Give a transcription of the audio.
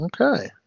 Okay